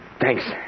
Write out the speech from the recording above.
Thanks